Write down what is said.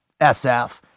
SF